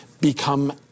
become